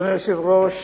אדוני ראש